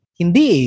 hindi